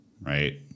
right